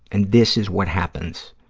and this is what happens,